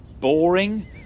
boring